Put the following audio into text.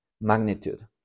magnitude